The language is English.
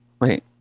Wait